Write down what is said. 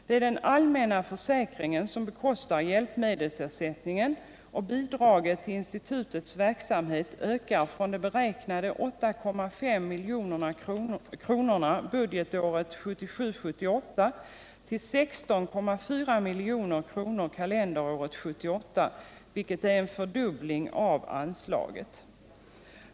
Det är den allmänna försäkringen som bekostar hjälpmedelsersättningen, och bidraget till institutets verksamhet ökar från beräknade 8,5 milj.kr. budgetåret 1977/78 till 16,4 milj.kr. kalenderåret 1978, vilket är en fördubbling av anslaget.